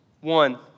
One